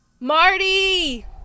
Marty